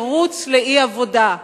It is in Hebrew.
תירוץ לאי-עבודה.